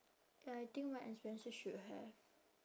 ya I think mark and spencer should have